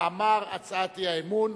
כמאמר הצעת האי-אמון.